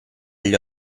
gli